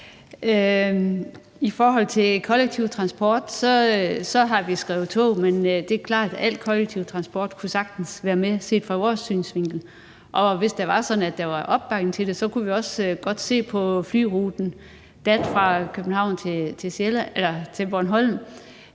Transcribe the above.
I forhold til kollektiv transport har vi skrevet, at det er tog, men det er klart, at al kollektiv transport sagtens kunne være med set fra vores synsvinkel. Og hvis det var sådan, at der var opbakning til det, kunne vi også godt se på flyruten fra København til Bornholm,